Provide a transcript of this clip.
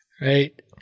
right